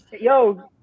Yo